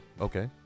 Okay